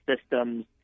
systems